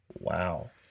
Wow